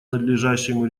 надлежащему